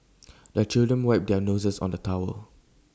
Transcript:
the children wipe their noses on the towel